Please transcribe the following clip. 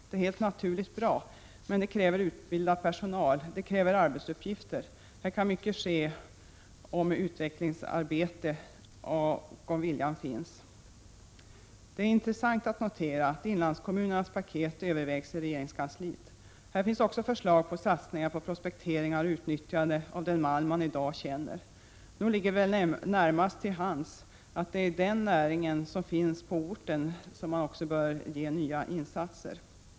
Det är helt naturligt bra, men det kräver utbildad personal och det kräver också arbetsuppgifter. Här kan mycket utvecklingsarbete ske, om bara viljan finns. Det är intressant att notera att ett paket för inlandskommunerna övervägs i regeringskansliet. Här finns också förslag till satsningar på prospekteringar och utnyttjande av den malm som man i dag känner till. Nog ligger det väl närmast till hands att utgå från att det är näringen på orten som bör stödjas genom nya insatser.